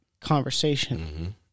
conversation